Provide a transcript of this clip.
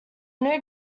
new